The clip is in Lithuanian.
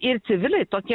ir civiliai tokie